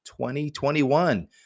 2021